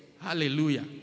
Hallelujah